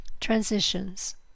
Transitions